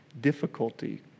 difficulty